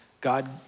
God